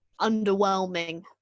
underwhelming